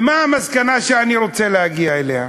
ומה המסקנה שאני רוצה להגיע אליה,